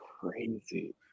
crazy